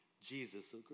Jesus